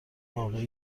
واقعی